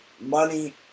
money